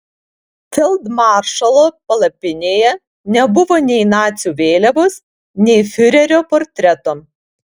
feldmaršalo palapinėje nebuvo nei nacių vėliavos nei fiurerio portreto